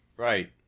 Right